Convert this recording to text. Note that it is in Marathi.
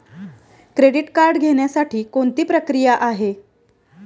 क्रेडिट कार्ड घेण्यासाठी कोणती प्रक्रिया आहे?